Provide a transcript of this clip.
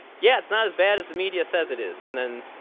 yeah, it's not as bad as the media says it is. and then